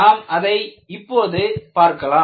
நாம் அதை இப்போது பார்க்கலாம்